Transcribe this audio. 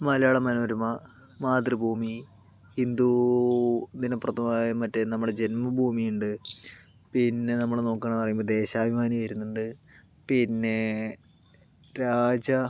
മലയാള മനോരമ മാതൃഭൂമി ഹിന്ദു ദിന പത്രമായ മറ്റേ നമ്മുടെ ജന്മഭൂമി ഉണ്ട് പിന്നെ നമ്മൾ നോക്കുകയാണെന്നു പറയുമ്പോൾ ദേശാഭിമാനി വരുന്നുണ്ട് പിന്നേ രാജ